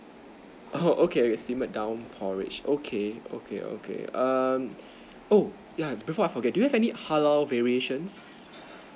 oh okay simmered down porridge okay okay okay err oh yeah before I forget do you have any halal variations